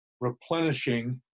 replenishing